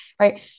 right